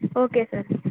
okay sir